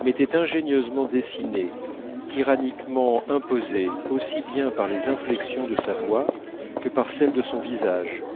m'était ingénieusement dessiné tyranniquement imposé aussi bien par les inflexions de sa voix que par celles de son visage